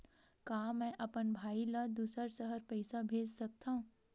का मैं अपन भाई ल दुसर शहर पईसा भेज सकथव?